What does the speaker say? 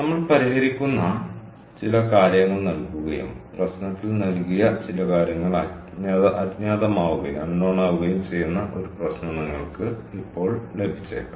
നമ്മൾ പരിഹരിക്കുന്ന ചില കാര്യങ്ങൾ നൽകുകയും പ്രശ്നത്തിൽ നൽകിയ ചില കാര്യങ്ങൾ അജ്ഞാതമാവുകയും ചെയ്യുന്ന ഒരു പ്രശ്നം നിങ്ങൾക്ക് ഇപ്പോൾ ലഭിച്ചേക്കാം